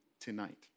tonight